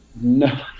no